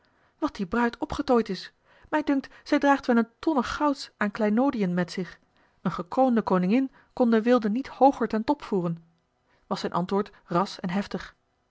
wat die bruid opgetooid is mij dunkt zij draagt wel eene tonne gouds aan kleinoodiën met zich eene gekroonde koningin kon de weelde niet hooger ten top voeren was zijn antwoord ras en heftig